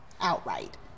outright